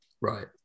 Right